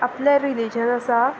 आपलें रिलीजन आसा